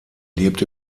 lebt